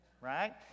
right